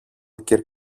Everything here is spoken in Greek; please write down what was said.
κυρ